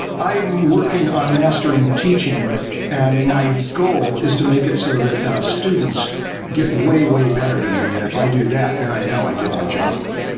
i'm working on mastering teaching and my goal is to make it so that students get way, way better than me. and if i do that, then i know i did my job well,